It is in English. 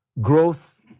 growth